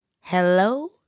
Hello